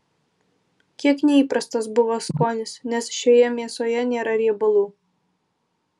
kiek neįprastas buvo skonis nes šioje mėsoje nėra riebalų